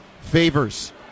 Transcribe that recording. favors